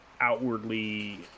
outwardly